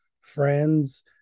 Friends